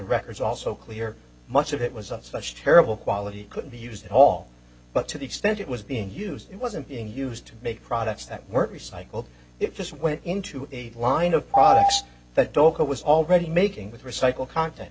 records also clear much of it was of such terrible quality it couldn't be used at all but to the extent it was being used it wasn't being used to make products that weren't recycled it just went into a line of products that doctor was already making with recycled content